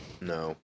No